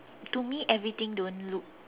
to me everything don't look